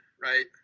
right